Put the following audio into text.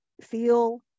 feel